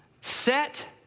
set